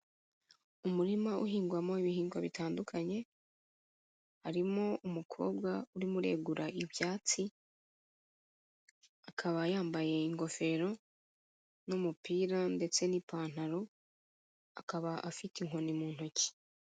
Umurima uhingwamo ibihingwa bitandukanye, harimo umukobwa urimo uregura ibyatsi, akaba yambaye ingofero n'umupira ndetse n'ipantaro, akaba afite inkoni mu ntoki.